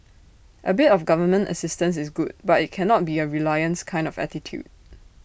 A bit of government assistance is good but IT cannot be A reliance kind of attitude